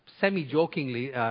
semi-jokingly